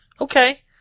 Okay